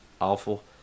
awful